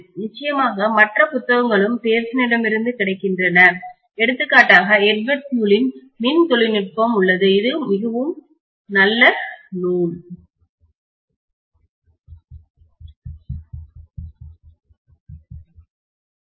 நிச்சயமாக மற்ற புத்தகங்களும் பியர்சனிடமிருந்து கிடைக்கின்றன எடுத்துக்காட்டாக எட்வர்ட் ஹியூஸின் மின் தொழில்நுட்பம் உள்ளது இது மிகவும் நல்ல நூல்